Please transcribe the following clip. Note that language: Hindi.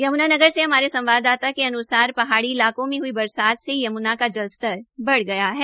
यम्नानगर से हमारे संवाददाता के अन्सार पहाड़ी इलाकें में हई बरसात से यम्ना का जलस्तर बढ़ गया है